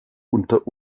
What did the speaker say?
unter